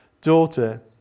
daughter